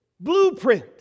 Blueprint